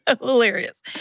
hilarious